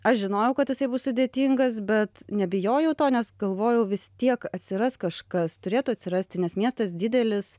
aš žinojau kad jisai bus sudėtingas bet nebijojau to nes galvojau vis tiek atsiras kažkas turėtų atsirasti nes miestas didelis